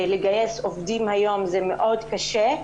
לגייס עובדים היום זה מאוד קשה.